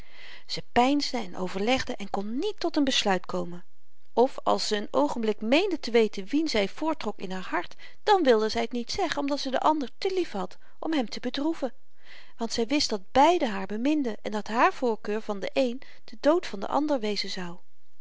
zy peinsde en overlegde en kon niet tot een besluit komen of als ze een oogenblik meende te weten wien zy voortrok in haar hart dan wilde zy t niet zeggen omdat ze den ander te lief had om hem te bedroeven want zy wist dat beiden haar beminden en dat haar voorkeur van den één de dood van den ander wezen zou